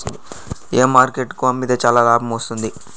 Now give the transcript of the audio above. ఏ market కు అమ్మితే చానా లాభం వస్తుంది?